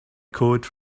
code